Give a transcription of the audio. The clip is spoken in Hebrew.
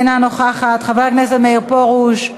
אינה נוכחת, חבר הכנסת מאיר פרוש,